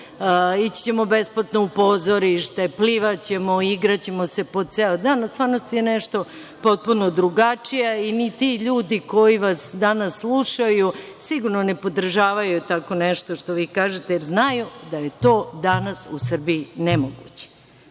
ići ćemo besplatno u pozorište, plivaćemo, igraćemo se po ceo dan, a stvarnost je nešto potpuno drugačija. Ni ti ljudi koji vas danas slušaju, sigurno ne podržavaju tako nešto što vi kažete, jer znaju da je to danas u Srbiji nemoguće. Ono